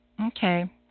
Okay